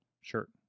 shirt